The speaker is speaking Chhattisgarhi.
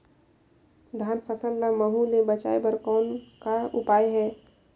धान फसल ल महू ले बचाय बर कौन का उपाय हे?